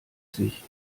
sich